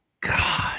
God